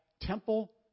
temple